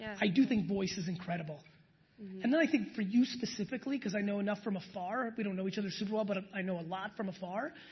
i do think voice is incredible and then i think for you specifically cause i know enough from afar we don't know each other super well but ah i know a lot from afar,